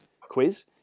quiz